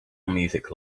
music